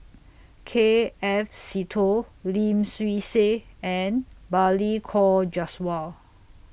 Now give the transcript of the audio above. K F Seetoh Lim Swee Say and Balli Kaur Jaswal